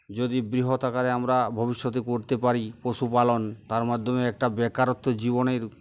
যদি বৃহৎ আকারে আমরা ভবিষ্যতে করতে পারি পশুপালন তার মাধ্যমে একটা বেকারত্ব জীবনের